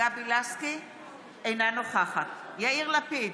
אינה נוכחת יאיר לפיד,